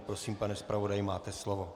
Prosím, pane zpravodaji, máte slovo.